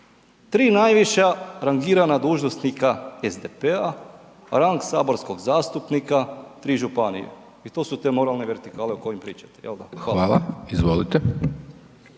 tri najviša rangirana dužnosnika SDP-a rang saborskog zastupnika, tri županije i to su te moralne vertikale o kojim pričate jel da? Hvala.